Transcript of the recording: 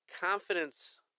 confidence